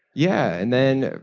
yeah, and then,